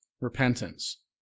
repentance